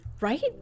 Right